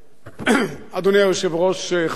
אדוני היושב-ראש, חברי חברי הכנסת,